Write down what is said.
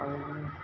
আৰু